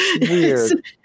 weird